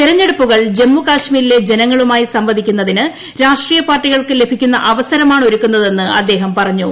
തെരെഞ്ഞെടുപ്പുകൾ ജമ്മൂകൾമീരിലെ ജനങ്ങളുമായി സംവദിക്കുന്നതിന് രാഷ്ട്രീയപാർട്ടിക്ൾക്ക് ലഭിക്കുന്ന അവസരമാണ് ഒരുക്കുന്നതെന്ന് അദ്ദേഹം ്പറഞ്ഞു